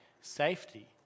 safety